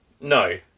no